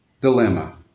dilemma